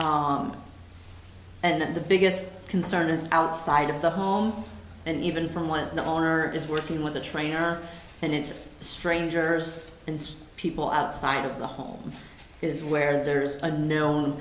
house and the biggest concern is outside of the home and even from when the owner is working with a trainer and it's strangers and people outside of the home is where there's a known